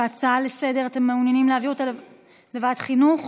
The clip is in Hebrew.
אתם מעוניינים להעביר לוועדת החינוך?